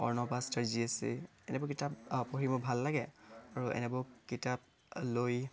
অৰ্ণৱ আস্থাজি আছে এনেকুৱা কিতাপ পঢ়ি মোৰ ভাল লাগে আৰু এনেবোৰ কিতাপ লৈ